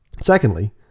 Secondly